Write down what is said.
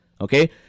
Okay